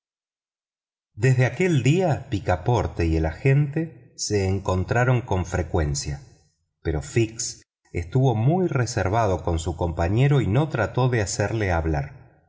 desde aquel día picaporte y el agente se encontraron con frecuencia pero fix estuvo muy reservado con su compañero y no trató de hacerle hablar